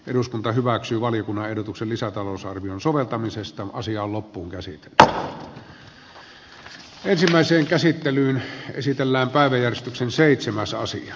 eduskunta hyväksyy valiokunnan ehdotuksen lisätalousarvion soveltamisesta asiaan lopun tällaista toimintaa toivoisi hallitukselta jatkossa